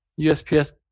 USPS